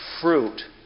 fruit